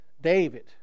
David